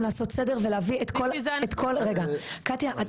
לעשות סדר ולהביא את כל --- בשביל זה אנחנו --- קטיה רגע,